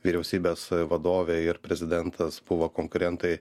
vyriausybės vadovė ir prezidentas buvo konkurentai